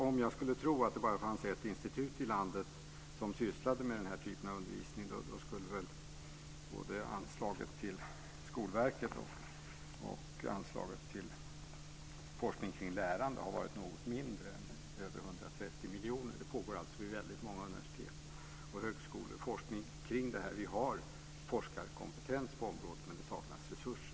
Om jag skulle tro att det bara fanns ett institut i landet som sysslade med den här typen av undervisning skulle väl både anslaget till Skolverket och anslaget till forskning kring lärande ha varit något mindre än över 130 miljoner. Forskning kring detta pågår vid väldigt många universitet och högskolor. Vi har forskarkompetens på området, men det saknas resurser.